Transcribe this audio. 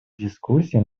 дискуссии